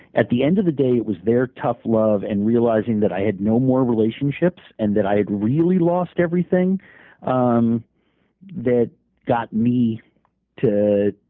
at the end of the day, it was their tough love and realizing i had no more relationships and that i had really lost everything um that got me to